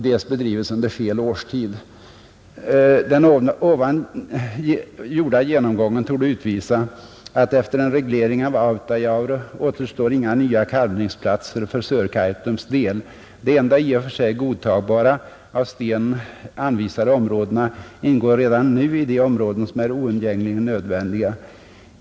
Den ovan gjorda genomgången torde utvisa att efter en reglering av Autajaure återstår inga nya kalvningsplatser för Sörkaitums del. De enda i och för sig godtagbara, av Steen anvisade områdena, ingår redan nu i de områden, som är oundgängligen nödvändiga.